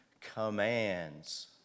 commands